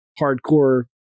hardcore